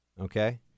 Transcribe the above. okay